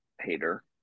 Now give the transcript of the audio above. hater